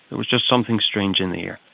there was just something strange in the air.